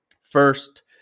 First